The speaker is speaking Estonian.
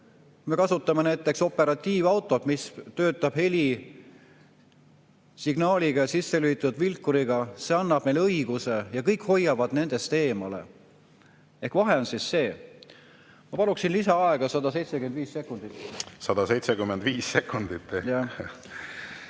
me kasutame näiteks operatiivautot, mis töötab helisignaaliga ja sisse lülitatud vilkuriga, see annab meile õiguse ja kõik hoiavad meist eemale. Ehk vahe on see. Ma paluksin lisaaega 175 sekundit. 175 sekundit